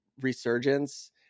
resurgence